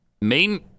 Main